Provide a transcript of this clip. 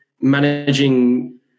managing